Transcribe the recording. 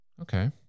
Okay